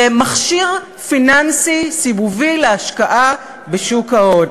למכשיר פיננסי סיבובי להשקעה בשוק ההון.